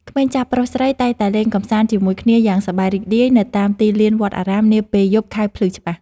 ក្មេងចាស់ប្រុសស្រីតែងតែលេងកម្សាន្តជាមួយគ្នាយ៉ាងសប្បាយរីករាយនៅតាមទីលានវត្តអារាមនាពេលយប់ខែភ្លឺច្បាស់។